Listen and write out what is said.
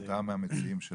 אתה מהמציעים של